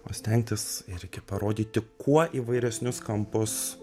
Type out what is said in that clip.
o stengtis irgi parodyti kuo įvairesnius kampus